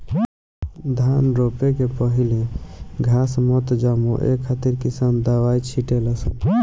धान रोपे के पहिले घास मत जामो ए खातिर किसान दवाई छिटे ले सन